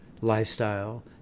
lifestyle